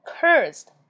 Cursed